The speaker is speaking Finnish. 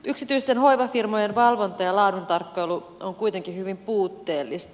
yksityisten hoivafirmojen valvonta ja laaduntarkkailu on kuitenkin hyvin puutteellista